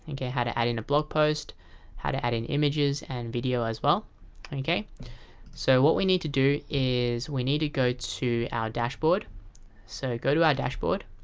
and yeah how to add in a blog post how to addin images and video as well so what we need to do is we need to go to our dashboard so go to our dashboard